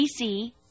BC